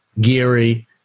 Geary